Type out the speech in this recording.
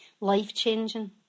life-changing